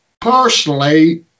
Personally